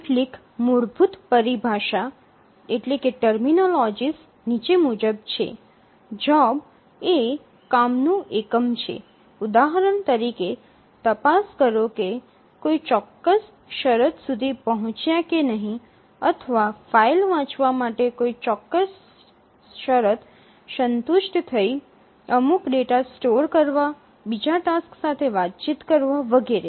કેટલીક મૂળભૂત પરિભાષા નીચે મુજબ છે જોબ એ કામનું એકમ છે ઉદાહરણ તરીકે તપાસ કરો કે કોઈ ચોક્કસ શરત સુધી પહોંચ્યા કે નહીં અથવા ફાઇલ વાંચવા માટે ની કોઈ ચોક્કસ શરત સંતુષ્ટ થઈ અમુક ડેટા સ્ટોર કરવા બીજા ટાસ્ક સાથે વાતચીત કરવા વગેરે